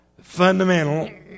fundamental